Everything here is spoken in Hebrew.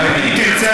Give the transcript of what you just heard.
אם תרצה,